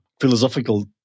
philosophical